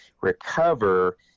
recover